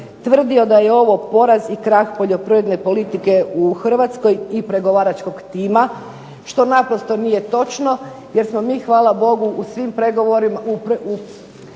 tvrdio da je ovo poraz i krah poljoprivredne politike u Hrvatskoj i pregovaračkog tima što naprosto nije točno, jer smo mi hvala Bogu u pregovorima došli